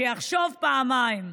שיחשוב פעמיים.